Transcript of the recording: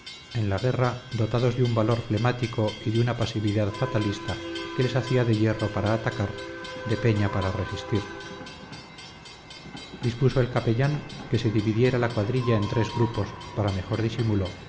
en la guerra dotados de un valor flemático y de una pasividad fatalista que les hacía de hierro para atacar de peña para resistir dispuso el capellán que se dividiera la cuadrilla en tres grupos para mejor disimulo